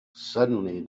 suddenly